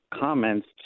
comments